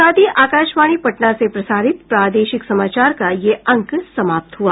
इसके साथ ही आकाशवाणी पटना से प्रसारित प्रादेशिक समाचार का ये अंक समाप्त हुआ